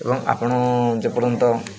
ଏବଂ ଆପଣ ଯେପର୍ଯ୍ୟନ୍ତ